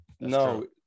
No